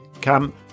camp